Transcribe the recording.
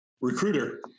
recruiter